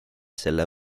selle